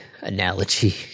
analogy